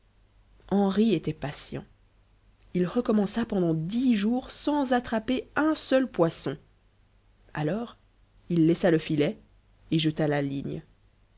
henri était patient il recommença pendant dix jours sans attraper un seul poisson alors il laissa le filet et jeta la ligne